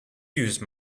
used